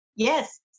Yes